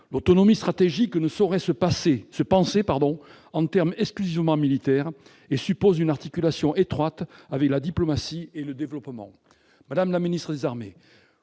l'autonomie stratégique ne saurait se penser en termes exclusivement militaires et suppose une articulation étroite avec [...] [la] diplomatie [...] [et le] développement. » Madame la ministre des armées,